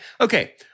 Okay